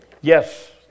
Yes